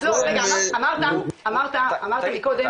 אבל אמרת מקודם